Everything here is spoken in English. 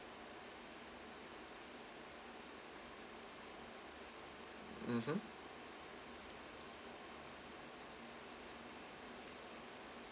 mmhmm